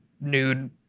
nude